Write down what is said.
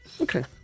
Okay